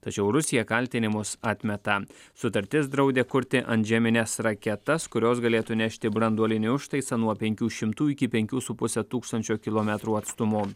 tačiau rusija kaltinimus atmeta sutartis draudė kurti antžemines raketas kurios galėtų nešti branduolinį užtaisą nuo penkių šimtų iki penkių su puse tūkstančio kilometrų atstumu